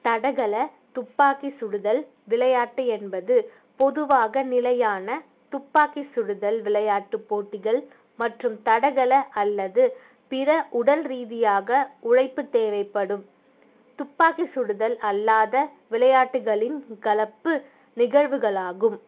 தடகள துப்பாக்கி சுடுதல் விளையாட்டு என்பது பொதுவாக நிலையான துப்பாக்கி சுடுதல் விளையாட்டு போட்டிகள் மற்றும் தடகள அல்லது பிற உடல் ரீதியாக உழைப்பு தேவைப்படும் துப்பாக்கி சுடுதல் அல்லாத விளையாட்டுகளின் கலப்பு நிகழ்வுகளாகும்